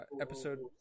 episode